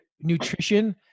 nutrition